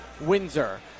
Windsor